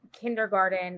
kindergarten